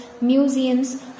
museums